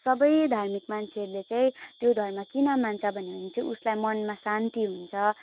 सबै धार्मिक मान्छेहरूले चाहिँ त्यो धर्म किन मान्छ भन्यो भने चाहिँ उसलाई मनमा शान्ति हुन्छ